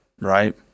right